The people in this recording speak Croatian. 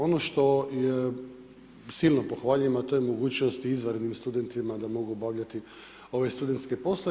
Ono što je, silno pohvaljujem a to je mogućnost i izvanrednim studentima da mogu obavljati ove studentske poslove.